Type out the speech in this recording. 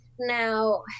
Now